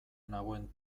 nagoen